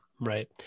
right